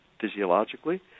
physiologically